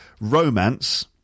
romance